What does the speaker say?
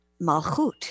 Malchut